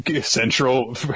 central